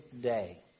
day